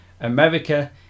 America